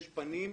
יש פנים,